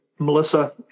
Melissa